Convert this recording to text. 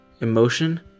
emotion